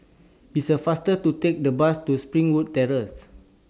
It's A faster to Take The Bus to Springwood Terrace